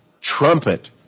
Trumpet